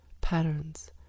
patterns